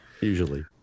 Usually